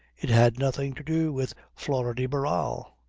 it had nothing to do with flora de barral.